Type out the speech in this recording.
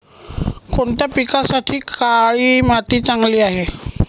कोणत्या पिकासाठी काळी माती चांगली आहे?